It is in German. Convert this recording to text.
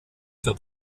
für